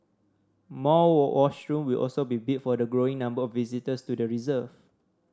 more washroom will also be built for the growing number of visitors to the reserve